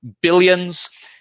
billions